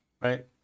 right